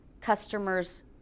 customers